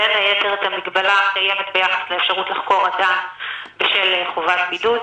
בין היתר את המגבלה הקיימת ביחס לאפשרות לחקור אדם בשל חובת בידוד,